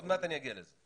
עוד מעט אני אגיע לזה.